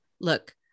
look